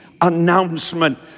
announcement